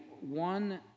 one